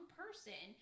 person